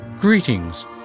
Greetings